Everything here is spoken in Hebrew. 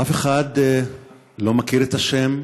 אף אחד לא מכיר את השם,